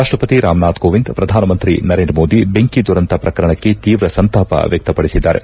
ರಾಷ್ಟಪತಿ ರಾಮನಾಥ್ ಕೋವಿಂದ್ ಪ್ರಧಾನಮಂತ್ರಿ ನರೇಂದ್ರ ಮೋದಿ ಬೆಂಕಿ ದುರಂತ ಪ್ರಕರಣಕ್ಕೆ ತೀವ್ರ ಸಂತಾಪ ವ್ಯಕ್ಷಪಡಿಸಿದ್ದಾರೆ